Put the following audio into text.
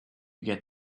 get